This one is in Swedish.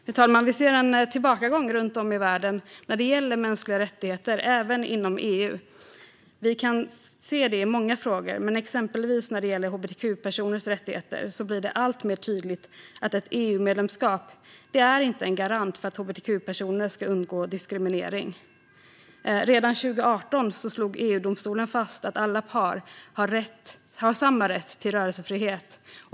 Fru talman! Vi ser en tillbakagång runt om i världen när det gäller mänskliga rättigheter, även inom EU. Vi kan se det i många frågor, men exempelvis när det gäller hbtq-personers rättigheter har det blivit alltmer tydligt att ett EU-medlemskap inte är en garant för att hbtq-personer ska undgå diskriminering. Redan 2018 slog EU-domstolen fast att alla par har samma rätt till rörelsefrihet.